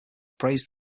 praised